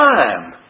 time